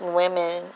women